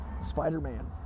spider-man